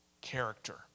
character